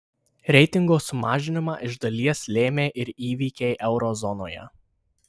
reitingo sumažinimą iš dalies lėmė ir įvykiai euro zonoje